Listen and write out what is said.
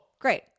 Great